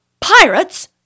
Pirates